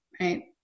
right